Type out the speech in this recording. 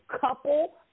couple